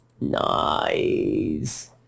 Nice